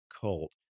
cult